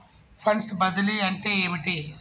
Funds బదిలీ అంటే ఏమిటి?